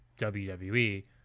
wwe